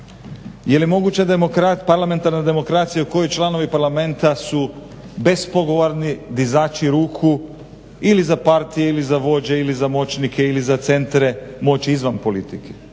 je li moguća parlamentarna demokracija u koju članovi Parlamenta su bespogovorni dizači ruku, ili za partije ili za vođe, ili za moćnike, ili za centre moći izvan politike?